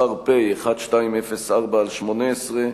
פ/1204/18,